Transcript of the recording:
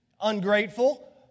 ungrateful